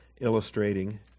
illustrating